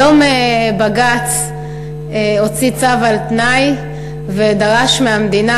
היום בג"ץ הוציא צו על תנאי ודרש מהמדינה,